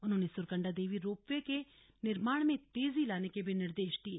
उन्होंने सुरकण्डा देवी रोपवे के निर्माण में तेजी लाने के भी निर्देश दिये